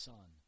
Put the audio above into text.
Son